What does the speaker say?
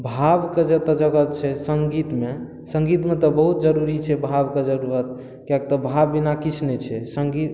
भाव के जतऽ जगह छै संगीत मे संगीत मे तऽ बहुत जरुरी छै भाव के जरुरत किएक तऽ भाव बिना किछु नहि छै संगीत